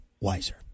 wiser